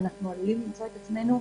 ואנחנו עלולים למצוא את עצמנו,